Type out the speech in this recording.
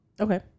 Okay